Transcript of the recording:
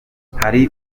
hari